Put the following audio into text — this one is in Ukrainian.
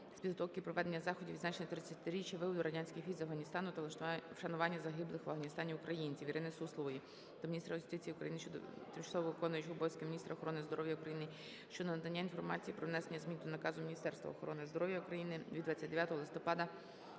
підготовки і проведення заходів по відзначенню 30-річчя виводу радянських військ з Афганістану та вшанування загиблих в Афганістані українців. Ірини Суслової до міністра юстиції України, тимчасово виконуючої обов'язки міністра охорони здоров'я України щодо надання інформації про внесення змін до наказу Міністерства охорони здоров'я України від 29 листопаду